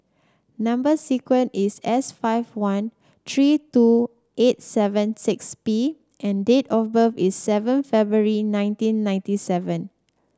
number sequence is S five one three two eight seven six P and date of birth is seven February nineteen ninety seven